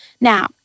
Now